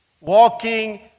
Walking